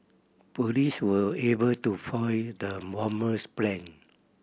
police were able to foil the bomber's plan